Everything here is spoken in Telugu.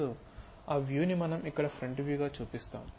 సొ ఆ వ్యూ ని మనం ఇక్కడ ఫ్రంట్ వ్యూ గా చూపిస్తాము